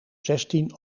zestien